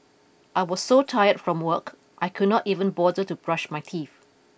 I was so tired from work I could not even bother to brush my teeth